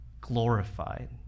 glorified